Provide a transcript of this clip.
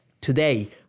today